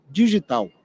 digital